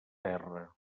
terra